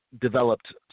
developed